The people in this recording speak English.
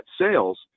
sales